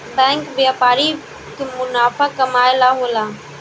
bank व्यापारिक मुनाफा कमाए ला होला